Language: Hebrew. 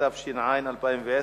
התש"ע 2010,